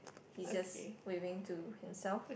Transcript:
he just waving to himself